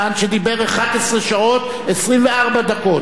שדיבר 11 שעות ו-24 דקות,